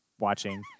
Watching